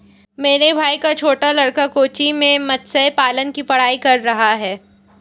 मेरे भाई का छोटा लड़का कोच्चि में मत्स्य पालन की पढ़ाई कर रहा है